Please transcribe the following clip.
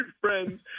friends